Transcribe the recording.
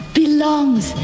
belongs